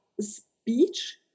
speech